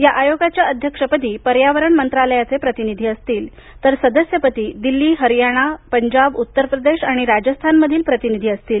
या आयोगाच्या अध्यक्षपदी पर्यावरण मंत्रालयाचे प्रतिनिधी असतील तर सदस्यपदी दिल्ली हरयाणा पंजाब उत्तरप्रदेश आणि राजस्थान मधील प्रतिनिधी असतील